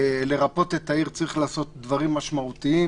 כדי לרפא את העיר צריך לעשות דברים משמעותיים.